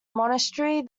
monastery